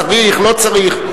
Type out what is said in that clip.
צריך או לא צריך.